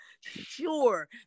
sure